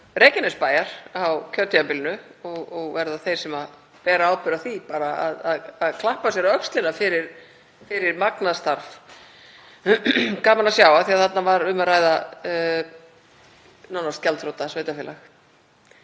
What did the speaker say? Reykjanesbæjar á kjörtímabilinu og verða þeir sem bera ábyrgð á því bara að klappa sér á öxlina fyrir magnað starf. Það var gaman að sjá af því að þarna var um að ræða nánast gjaldþrota sveitarfélag.